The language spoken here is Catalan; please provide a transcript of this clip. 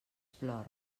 plora